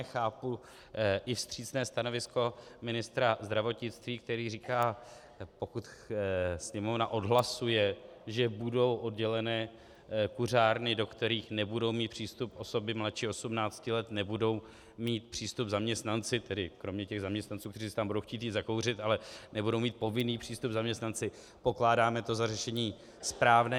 Chápu i vstřícné stanovisko ministra zdravotnictví, který říká, že pokud Sněmovna odhlasuje, že budou oddělené kuřárny, do kterých nebudou mít přístup osoby mladší 18 let, nebudou mít přístup zaměstnanci kromě zaměstnanců, kteří si tam budou chtít jít zakouřit, ale nebudou mít povinný přístup zaměstnanci, pokládáme to za řešení správné.